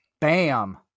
bam